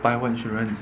buy what insurance